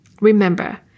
Remember